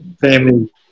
family